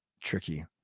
tricky